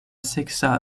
seksa